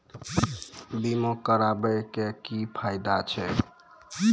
बीमा कराबै के की फायदा छै?